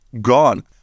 gone